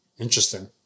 Interesting